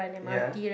ya